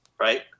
right